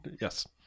Yes